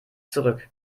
zurück